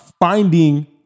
finding